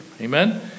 Amen